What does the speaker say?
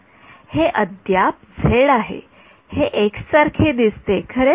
विद्यार्थीः हे अद्याप झेडआहे हे एक्स सारखे दिसते खरंच